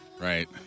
Right